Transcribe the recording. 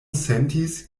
sentis